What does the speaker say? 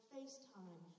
FaceTime